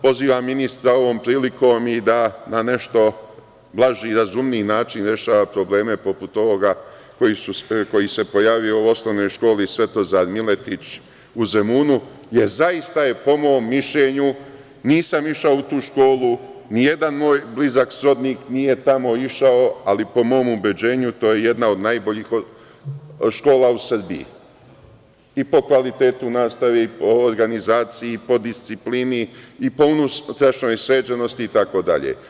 Pozivam ministra ovom prilikom i da na nešto blaži i razumniji način rešava probleme poput ovoga koji su se pojavili u osnovnoj školi Svetozar Miletić u Zemunu, jer, zaista po mom mišljenju, nisam išao u tu školu, ni jedan moj blizak srodnik nije tamo išao, ali po mom ubeđenju, to je jedna od najboljih škola u Srbiji, i po kvalitetu nastave, i po organizaciji, i po disciplini, i po unutrašnjoj sređenosti itd.